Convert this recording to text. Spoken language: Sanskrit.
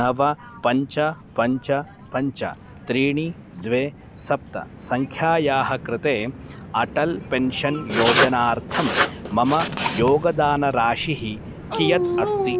नव पञ्च पञ्च पञ्च त्रीणि द्वे सप्त सङ्ख्यायाः कृते अटल् पेन्शन् योजनार्थं मम योगदानराशिः कियत् अस्ति